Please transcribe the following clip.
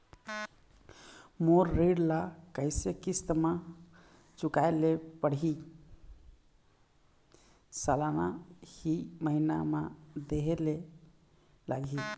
मोर ऋण ला कैसे किस्त म चुकाए ले पढ़िही, सालाना की महीना मा देहे ले लागही?